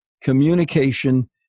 communication